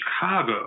Chicago